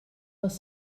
les